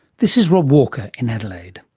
this is rob walker, in adelaide.